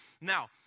Now